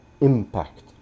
impact